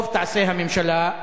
טוב יעשו הממשלה,